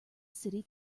city